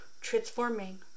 Transforming